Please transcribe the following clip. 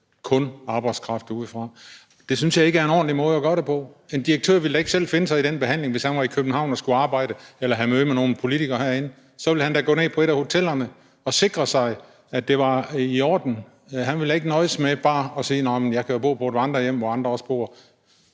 kun arbejdskraft udefra. Det synes jeg ikke er en ordentlig måde at gøre det på. En direktør ville da ikke selv finde sig i den behandling, hvis han var i København og skulle arbejde eller havde møde med nogle politikere herinde – så ville han da gå ned på et af hotellerne og sikre sig, at det var i orden. Han ville ikke nøjes med at sige, at han da bare kan bo på et vandrerhjem, hvor andre også bor.